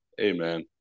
Amen